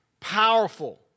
powerful